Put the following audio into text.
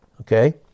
Okay